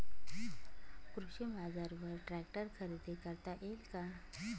कृषी बाजारवर ट्रॅक्टर खरेदी करता येईल का?